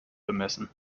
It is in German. bemessen